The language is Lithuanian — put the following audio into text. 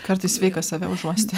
kartais sveika save užuosti